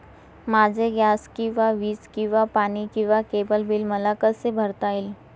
माझे गॅस किंवा वीज किंवा पाणी किंवा केबल बिल मला कसे भरता येईल?